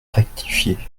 rectifié